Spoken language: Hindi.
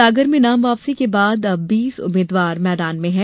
सागर में नाम वापसी के बाद अब बीस उम्मीद्वार मैदान में हैं